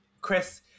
Chris